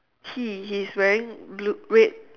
he he is wearing blue red